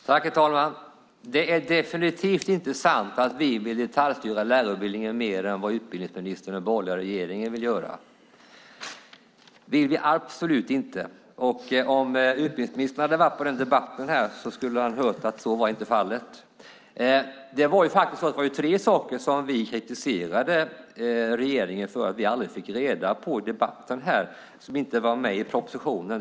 Herr talman! Det är definitivt inte sant att vi vill detaljstyra lärarutbildningen mer än vad utbildningsministern och den borgerliga regeringen vill göra. Det vill vi absolut inte. Om utbildningsministern hade varit med i debatten här skulle han ha hört att så inte är fallet. Det var faktiskt tre saker som vi i debatten kritiserade regeringen för att vi aldrig fick reda på för att det inte var med i propositionen.